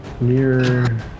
Mirror